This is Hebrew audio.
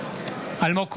אלמוג כהן,